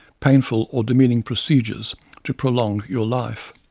painful or demeaning procedures to prolong your life.